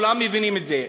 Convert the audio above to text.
כולם מבינים את זה.